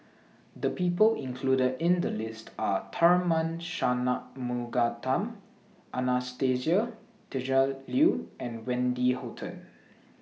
The People included in The list Are Tharman Shanmugaratnam Anastasia Tjendri Liew and Wendy Hutton